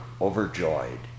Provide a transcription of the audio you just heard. overjoyed